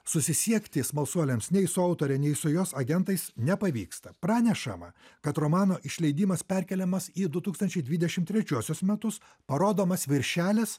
susisiekti smalsuoliams nei su autore nei su jos agentais nepavyksta pranešama kad romano išleidimas perkeliamas į du tūkstančiai dvidešim trečiuosius metus parodomas viršelis